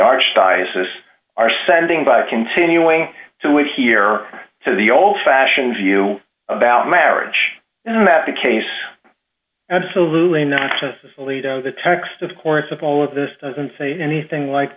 archdiocese are sending by continuing to wait here so the old fashioned view about marriage that the case absolutely not justice alito the text of course of all of this doesn't say anything like